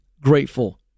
grateful